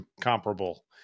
comparable